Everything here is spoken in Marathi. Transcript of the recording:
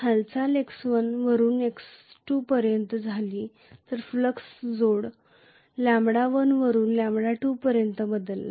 तर हालचाल x1 वरून x2 पर्यंत झाली तर फ्लक्स जोड λ1 वरून λ2 पर्यंत बदलला